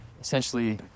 Essentially